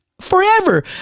forever